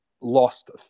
Lost